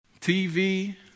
TV